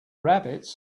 rabbits